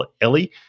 Ellie